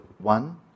One